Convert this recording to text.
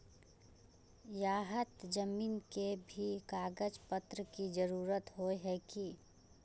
यहात जमीन के भी कागज पत्र की जरूरत होय है की?